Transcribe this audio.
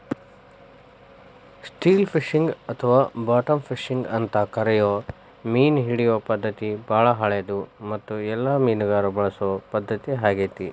still fishing ಅಥವಾ bottom fishing ಅಂತ ಕರಿಯೋ ಮೇನಹಿಡಿಯೋ ಪದ್ಧತಿ ಬಾಳ ಹಳೆದು ಮತ್ತು ಎಲ್ಲ ಮೇನುಗಾರರು ಬಳಸೊ ಪದ್ಧತಿ ಆಗೇತಿ